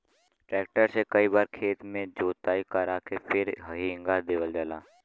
tractor से कई बार खेत के जोताई करा के फिर हेंगा देवल जाला